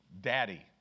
Daddy